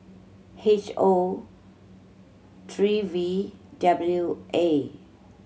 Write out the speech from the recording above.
H O three V W A